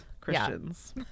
christians